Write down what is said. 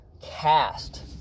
cast